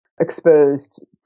exposed